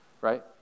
Right